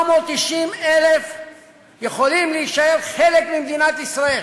490,000 מתוכם יכולים להישאר חלק ממדינת ישראל,